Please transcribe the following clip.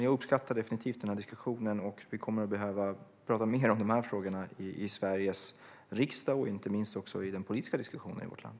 Jag uppskattar definitivt den här diskussionen, och vi kommer att behöva tala mer om dessa frågor i Sveriges riksdag och inte minst i det politiska samtalet i vårt land.